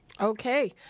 Okay